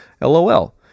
LOL